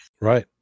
Right